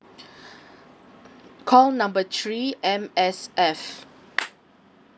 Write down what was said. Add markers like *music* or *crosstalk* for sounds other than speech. *breath* call number three M_S_F